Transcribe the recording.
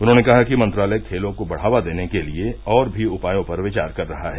उन्होंने कहा कि मंत्रालय खेलों को बढ़ावा देने के लिए और भी उपयों पर विचार कर रहा है